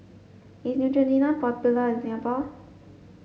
is Neutrogena popular in Singapore